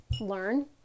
learn